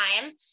time